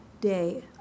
day